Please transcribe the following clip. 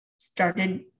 started